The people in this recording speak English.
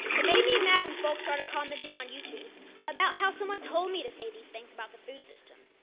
it made me mad when folks started commenting on youtube about how someone told me to say these things about the food system,